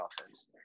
offense